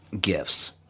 gifts